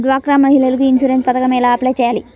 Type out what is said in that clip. డ్వాక్రా మహిళలకు ఇన్సూరెన్స్ పథకం ఎలా అప్లై చెయ్యాలి?